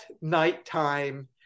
nighttime